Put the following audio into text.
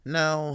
now